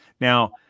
Now